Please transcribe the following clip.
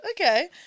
okay